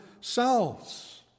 selves